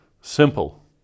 simple